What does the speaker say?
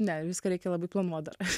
ne viską reikia labai planuot dar